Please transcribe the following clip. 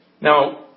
Now